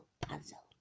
puzzle